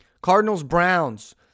Cardinals-Browns